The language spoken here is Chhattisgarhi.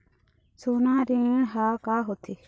सोना ऋण हा का होते?